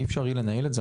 אי אפשר יהיה לנהל את זה,